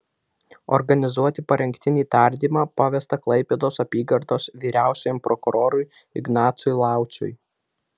organizuoti parengtinį tardymą pavesta klaipėdos apygardos vyriausiajam prokurorui ignacui lauciui